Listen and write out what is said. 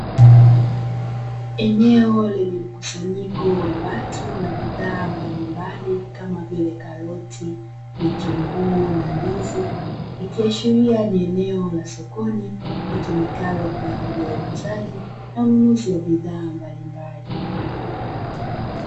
Eneo lenye mkusanyiko wa watu na bidhaa mbalimbali kama vile; karoti, vitunguu na ndizi, ikiashiria ni eneo la sokoni litumikalo kwa ajili ya uuzaji na ununuzi wa bidhaa mbalimbali.